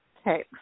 Okay